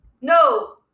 No